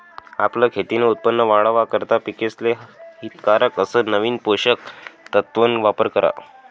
आपलं खेतीन उत्पन वाढावा करता पिकेसले हितकारक अस नवीन पोषक तत्वन वापर करा